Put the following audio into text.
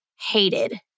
hated